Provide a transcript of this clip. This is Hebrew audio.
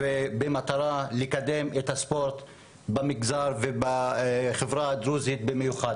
במטרה לקדם את הספורט במגזר ובחברה הדרוזית במיוחד.